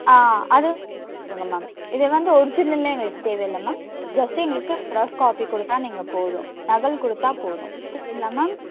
ஆ அதுவும் கொடுத்துருங்க மேம் இது வந்து ஒரிஜினல்லாம் எங்களுக்கு தேவை இல்லை மேம் ஜஸ்ட்டு எங்களுக்கு ஜெராக்ஸ் காப்பி கொடுத்தா நீங்கள் போதும் நகல் கொடுத்தா போதும் வச்சிருக்கீங்களா மேம்